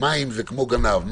שמים זה כמו גנב.